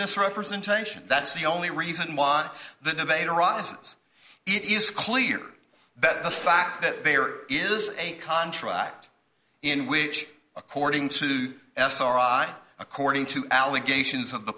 misrepresentation that's the only reason why the debate arises it is clear that the fact that there is a contract in which according to sri according to allegations of the